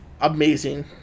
Amazing